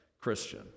Christian